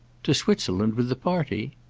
to switzerland with the party?